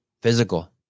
physical